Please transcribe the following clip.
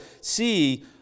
see